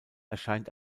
erscheint